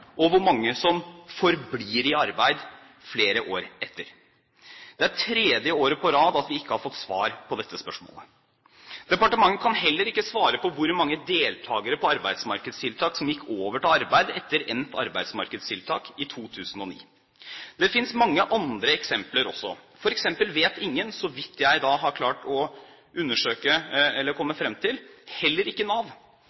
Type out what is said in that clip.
og hvor mange som forblir i arbeid flere år etter. Det er tredje året på rad vi ikke har fått svar på dette spørsmålet. Departementet kan heller ikke svare på hvor mange deltakere i arbeidsmarkedstiltak som gikk over til arbeid etter endt arbeidsmarkedstiltak i 2009. Det fins mange andre eksempler også. For eksempel vet ingen – så vidt jeg har klart å